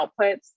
outputs